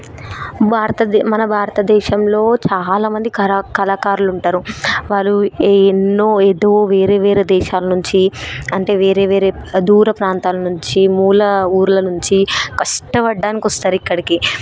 భారతదే మన భారతదేశంలో చాలా మంది కళ కళాకారులు ఉంటారు వాళ్ళు ఎన్నో ఏదో వేరే వేరే దేశాల నుంచి అంటే వేర్ వేరే దూర ప్రాంతాల నుంచి మూల ఊర్ల నుంచి కష్టపడ్డానికి వస్తారు ఇక్కడికి